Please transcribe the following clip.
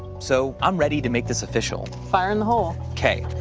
so i'm ready to make this official. fire in the hole. okay.